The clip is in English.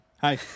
Hi